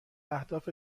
اهداف